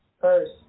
first